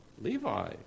Levi